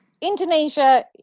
Indonesia